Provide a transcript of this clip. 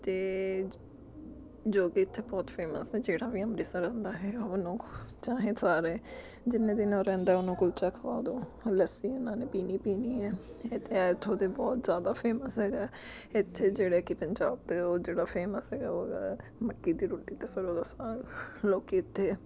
ਅਤੇ ਜੋ ਕਿ ਇੱਥੇ ਬਹੁਤ ਫੇਮਸ ਹੈ ਜਿਹੜਾ ਵੀ ਅੰਮ੍ਰਿਤਸਰ ਆਉਂਦਾ ਹੈ ਉਹਨੂੰ ਚਾਹੇ ਸਾਰੇ ਜਿੰਨੇ ਦਿਨ ਉਹ ਰਹਿੰਦਾ ਉਹਨੂੰ ਕੁਲਚਾ ਖਵਾ ਦਿਉ ਲੱਸੀ ਉਹਨਾਂ ਨੇ ਪੀਣੀ ਪੀਣੀ ਹੈ ਇੱਥੇ ਇੱਥੋਂ ਦਾ ਬਹੁਤ ਜ਼ਿਆਦਾ ਫੇਮਸ ਹੈਗਾ ਇੱਥੇ ਜਿਹੜੇ ਕਿ ਪੰਜਾਬ ਦੇ ਉਹ ਜਿਹੜਾ ਫੇਮਸ ਹੈਗਾ ਉਹ ਹੈ ਮੱਕੀ ਦੀ ਰੋਟੀ ਅਤੇ ਸਰ੍ਹੋਂ ਦਾ ਸਾਗ ਲੋਕ ਇੱਥੇ